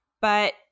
but-